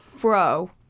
Bro